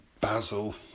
Basil